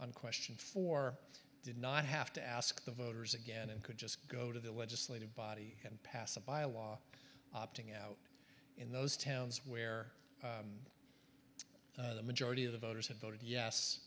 on question four did not have to ask the voters again and could just go to the legislative body and pass a byelaw opting out in those towns where the majority of the voters had voted yes